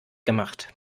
gemacht